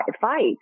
fight